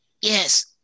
Yes